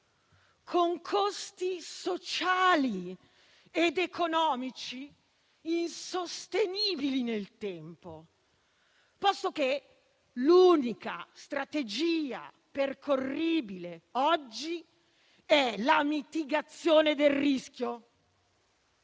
con costi sociali ed economici insostenibili nel tempo, posto che l'unica strategia percorribile oggi è la mitigazione del rischio.